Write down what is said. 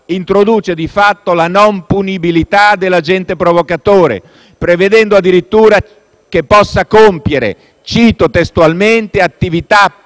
introduce di fatto la non punibilità dell'agente provocatore, prevedendo addirittura che possa compiere attività